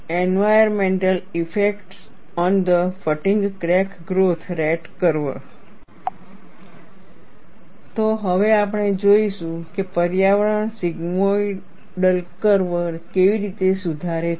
environmental effects on the fatigue crack growth rate curve તો હવે આપણે જોઈશું કે પર્યાવરણ સિગ્મોઈડલ કર્વ ને કેવી રીતે સુધારે છે